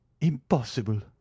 impossible